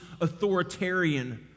authoritarian